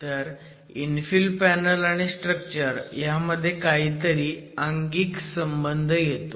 तर infill panel आणि structure ह्यामध्ये काहीतरी अंगिक संबंध येतो